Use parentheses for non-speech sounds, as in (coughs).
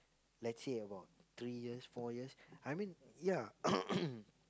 let's say about three years four years I mean yeah (coughs)